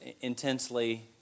intensely